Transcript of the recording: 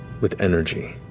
with energy.